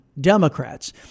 Democrats